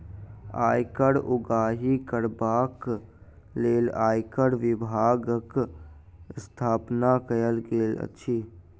आयकर उगाही करबाक लेल आयकर विभागक स्थापना कयल गेल अछि